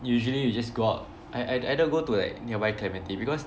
usually we just go out I I either go to like nearby Clementi because